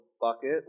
bucket